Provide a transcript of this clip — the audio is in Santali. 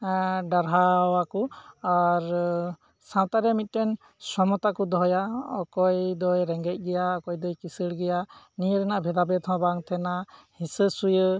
ᱰᱟᱨᱦᱟᱣ ᱟᱠᱚ ᱟᱨ ᱥᱟᱶᱛᱟᱨᱮ ᱢᱤᱫᱴᱮᱱ ᱥᱚᱢᱚᱛᱟ ᱠᱚ ᱫᱚᱦᱚᱭᱟ ᱚᱠᱚᱭ ᱫᱚᱭ ᱨᱮᱸᱜᱮᱡ ᱜᱮᱭᱟ ᱚᱠᱚᱭ ᱫᱚᱭ ᱠᱤᱸᱥᱟᱹᱲ ᱜᱮᱭᱟ ᱱᱤᱭᱟᱹ ᱨᱮᱱᱟᱜ ᱵᱷᱮᱫᱟ ᱵᱷᱮᱫ ᱦᱚᱸ ᱵᱟᱝ ᱛᱟᱦᱮᱸᱱᱟ ᱦᱤᱸᱥᱟᱹ ᱥᱩᱭᱟᱹ